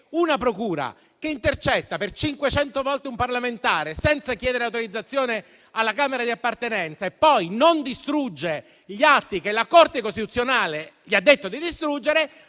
una procura che intercetta per 500 volte un parlamentare senza chiedere l'autorizzazione alla Camera di appartenenza e poi non distrugge gli atti che la Corte costituzionale le ha detto di distruggere,